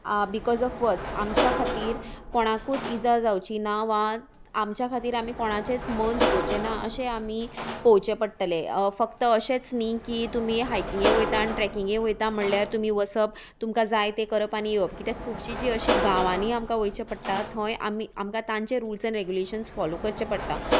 because of वच आमच्या खातीर कोणाकूच इजा जावची ना वा आमच्या खातीर आमी कोणाचेंच मन दुखोवचें ना अशें आमी पळोवचें पडटले फक्त अशेंच न्ही की तुमी हायकिंगे वयता आनी ट्रेकिंगे वयता म्हणल्यार तुमी वसप तुमकां जाय तें करप आनी येवप कित्याक खुबशीं जी अशीं गांवांनीय आमकां वयचें पडटा थंय आमी आमकां तांचे रुल्स एंड रेगुलेशन्स फोलो करचे पडटा